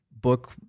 book